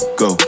go